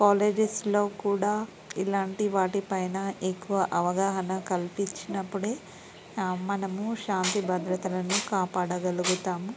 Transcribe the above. కాలేజెస్లో కూడా ఇలాంటి వాటిపైన ఎక్కువ అవగాహన కల్పించినప్పుడే మనము శాంతి భద్రతలను కాపాడగలుగుతాము